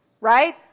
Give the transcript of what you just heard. Right